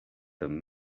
them